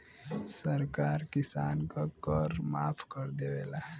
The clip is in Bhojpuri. सरकार किसान क कर माफ कर देवला